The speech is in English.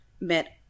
met